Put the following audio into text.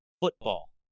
football